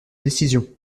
décision